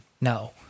No